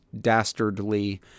dastardly